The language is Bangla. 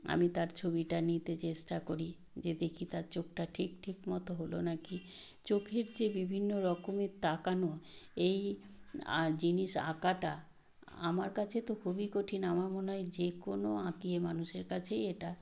আমি তার ছবিটা নিতে চেষ্টা করি যে দেখি তার চোখটা ঠিক ঠিক মতো হলো না কি চোখের যে বিভিন্ন রকমের তাকানো এই জিনিস আঁকাটা আমার কাছে তো খুবই কঠিন আমার মনে হয় যে কোনো আঁকিয়ে মানুষের কাছেই এটা